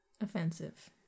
Offensive